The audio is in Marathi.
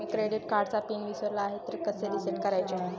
मी क्रेडिट कार्डचा पिन विसरलो आहे तर कसे रीसेट करायचे?